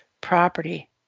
property